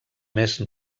més